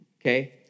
Okay